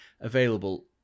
available